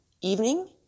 Evening